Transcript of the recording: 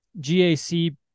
GAC